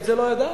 את זה לא ידענו.